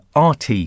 RT